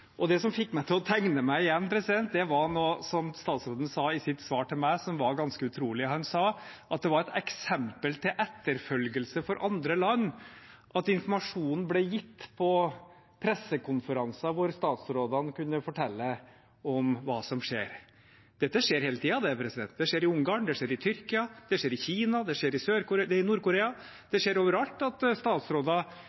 Det som fikk meg til å tegne meg igjen, var noe statsråden sa i sitt svar til meg som var ganske utrolig. Han sa at det var et eksempel til etterfølgelse for andre land at informasjon blir gitt på pressekonferanser der statsrådene kan fortelle om hva som skjer. Dette skjer hele tiden. Det skjer i Ungarn, det skjer i Tyrkia, det skjer i Kina, det skjer i Nord-Korea – det